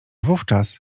wówczas